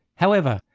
however,